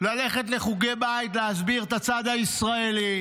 ללכת לחוגי בית להסביר את הצד הישראלי,